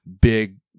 big